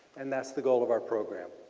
and that is the goal of our program.